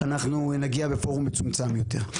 אנחנו נגיע בפורום מצומצם יותר.